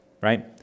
right